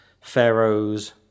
Pharaoh's